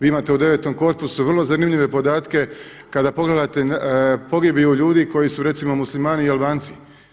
Vi imate u 9 korpusu vrlo zanimljive podatke kada pogledate pogibiju ljudi koji su recimo Muslimani i Albanci.